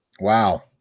Wow